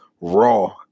raw